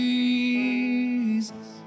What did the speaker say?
Jesus